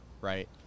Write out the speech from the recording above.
right